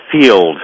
field